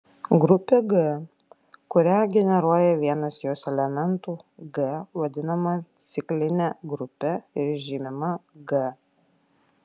grupė g kurią generuoja vienas jos elementų g vadinama cikline grupe ir žymima g